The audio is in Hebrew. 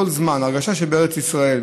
הרגשה שבארץ ישראל,